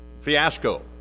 fiasco